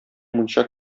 мунча